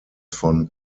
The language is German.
von